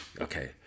Okay